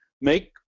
make